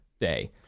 day